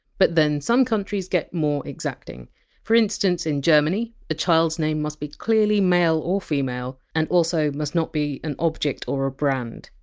but then some countries get more exacting for instance, in germany, a child! s name must be clearly male or female, and also must not be and objects or brands.